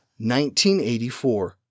1984